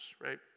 right